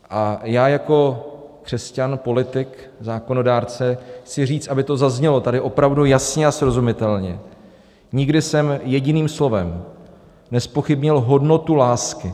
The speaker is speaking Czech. A já jako křesťan, politik, zákonodárce chci říct, aby to tady zaznělo opravdu jasně a srozumitelně: nikdy jsem jediným slovem nezpochybnil hodnotu lásky.